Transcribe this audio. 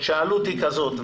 כשהעלות היא כזאת,